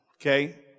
okay